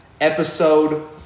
Episode